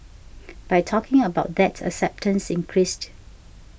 by talking about that acceptance increased